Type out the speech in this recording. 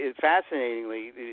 fascinatingly